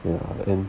ya and